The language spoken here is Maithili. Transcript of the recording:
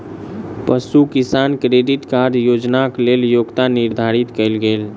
पशु किसान क्रेडिट कार्ड योजनाक लेल योग्यता निर्धारित कयल गेल